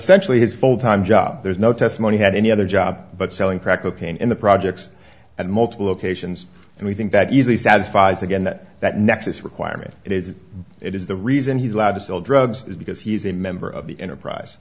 essentially his full time job there's no testimony had any other job but selling crack cocaine in the projects and multiple locations and we think that easily satisfies again that that nexus requirement is it is the reason he's allowed to sell drugs because he's a member of the enterprise